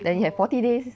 then you have forty days